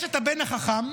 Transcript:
יש את הבן החכם,